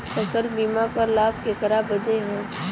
फसल बीमा क लाभ केकरे बदे ह?